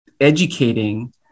educating